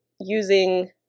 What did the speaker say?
using